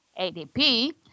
ADP